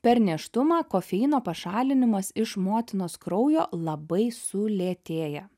per nėštumą kofeino pašalinimas iš motinos kraujo labai sulėtėja